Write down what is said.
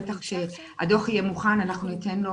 בטח כשהדוח יהיה מוכן אנחנו ניתן לו